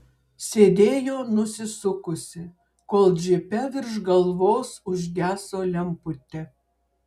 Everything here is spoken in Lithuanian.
sėdėjo nusisukusi kol džipe virš galvos užgeso lemputė